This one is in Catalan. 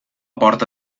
porta